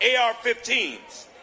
AR-15s